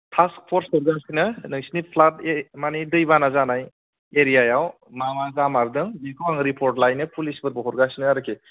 फास फर्स हरगासिनो नोंसिनि फ्लाद ए मानि दै बाना जानाय एरियाआव मा मा जामारदों बिखौ आङो रिपर्ट लाहैनो फुलिसफोरबो हरगासिनो आरोखि